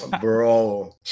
Bro